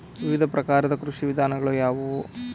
ವಿವಿಧ ಪ್ರಕಾರದ ಕೃಷಿ ವಿಧಾನಗಳು ಯಾವುವು?